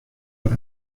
der